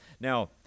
Now